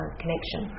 connection